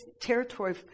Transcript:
territory